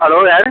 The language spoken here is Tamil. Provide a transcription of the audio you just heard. ஹலோ யார்